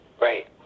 Right